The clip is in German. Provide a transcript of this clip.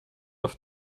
auf